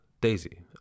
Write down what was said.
Daisy